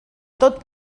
tot